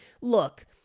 look